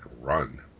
run